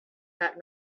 that